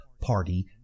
party